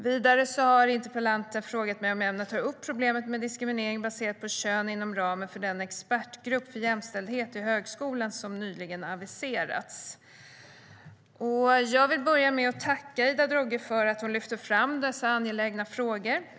Vidare har interpellanten frågat om jag ämnar ta upp problemet med diskriminering baserat på kön inom ramen för den expertgrupp för jämställdhet i högskolan som nyligen aviserats. Jag vill börja med att tacka Ida Drougge för att hon lyfter fram dessa angelägna frågor.